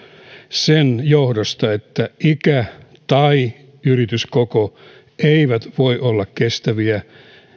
sen johdosta että ikä tai yrityskoko ei voi olla kestävä